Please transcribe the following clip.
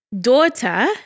daughter